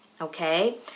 Okay